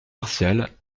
martial